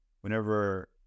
whenever